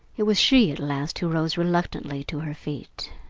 it was she at last who rose reluctantly to her feet.